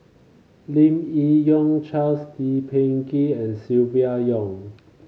Lim Yi Yong Charles Lee Peh Gee and Silvia Yong